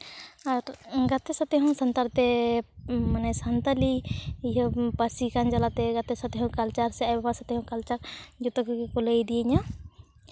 ᱟᱨ ᱜᱟᱛᱮ ᱥᱟᱛᱮᱫ ᱦᱚᱸ ᱥᱟᱱᱛᱟᱲ ᱛᱮ ᱢᱟᱱᱮ ᱥᱟᱱᱛᱟᱞᱤ ᱯᱟᱹᱨᱥᱤ ᱠᱟᱱ ᱡᱟᱞᱟᱛᱮ ᱜᱟᱛᱮ ᱥᱟᱶᱛᱮ ᱠᱟᱞᱪᱟᱨ ᱥᱮ ᱟᱭᱳᱼᱵᱟᱵᱟ ᱥᱟᱛᱮᱜ ᱦᱚᱸ ᱠᱟᱞᱪᱟᱨ ᱡᱚᱛᱚ ᱠᱚᱜᱮ ᱠᱚ ᱞᱟᱹᱭ ᱤᱫᱤᱭ ᱤᱧᱟᱹ